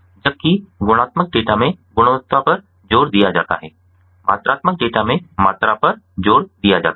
जबकि गुणात्मक डेटा में गुणवत्ता पर जोर दिया जाता है मात्रात्मक डेटा में मात्रा पर जोर दिया जाता है